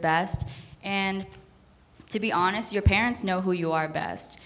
best and to be honest your parents know who you are best